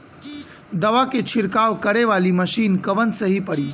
दवा के छिड़काव करे वाला मशीन कवन सही पड़ी?